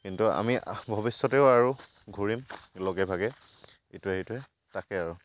কিন্তু আমি ভৱিষ্যতেও আৰু ঘূৰিম লগে ভাগে ইটোৱে সিটোৱে তাকে আৰু